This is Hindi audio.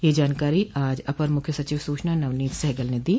यह जानकारी आज अपर मुख्य सचिव सूचना नवनीत सहगल ने दी